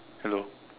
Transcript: hello